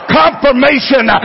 confirmation